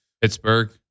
Pittsburgh